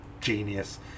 genius